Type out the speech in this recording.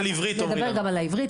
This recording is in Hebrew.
אנחנו נדבר גם על העברית.